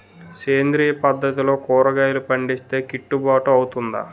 సేంద్రీయ పద్దతిలో కూరగాయలు పండిస్తే కిట్టుబాటు అవుతుందా?